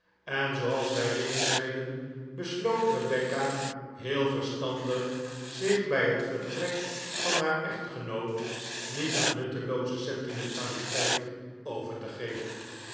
en zooals wij reeds zeiden besloot rebecca heel verstandig zich bij het vertrek van haar echtgenoot niet aan nuttelooze sentimentaliteit over te geven